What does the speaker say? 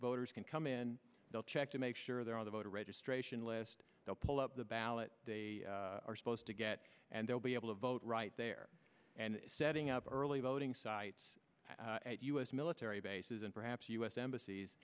voters can come in they'll check to make sure they're on the voter registration list they'll pull up the ballot they are supposed to get and they'll be able to vote right there and setting up early voting sites at u s military bases and perhaps u s embassies